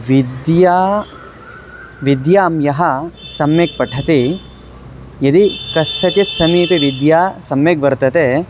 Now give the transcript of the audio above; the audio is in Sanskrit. विद्या विद्यां यः सम्यक् पठति यदि कस्यचित् समीपे विद्या सम्यग् वर्तते